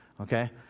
Okay